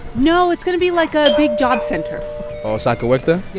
no, it's going to be like a big job center oh, so i could work there?